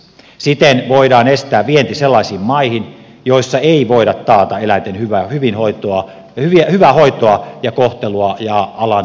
siten voidaan estää vienti sellaisiin maihin joissa ei voida taata eläinten hyvää hoitoa ja kohtelua ja alan läpinäkyvyyttä